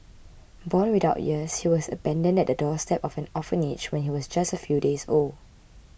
born without ears he was abandoned at the doorstep of an orphanage when he was just a few days old